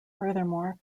furthermore